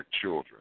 children